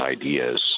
ideas